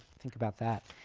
think about that